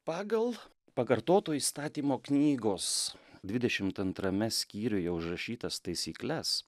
pagal pakartoto įstatymo knygos dvidešimt antrame skyriuje užrašytas taisykles